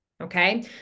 okay